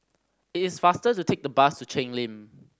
it is faster to take the bus to Cheng Lim